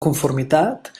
conformitat